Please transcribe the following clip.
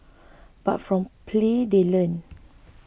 but from play they learn